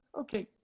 Okay